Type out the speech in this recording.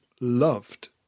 loved